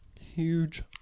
Huge